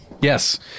Yes